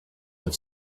have